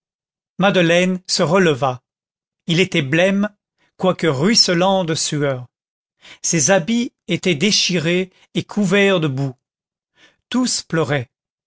madeleine se releva il était blême quoique ruisselant de sueur ses habits étaient déchirés et couverts de boue tous pleuraient